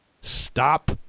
stop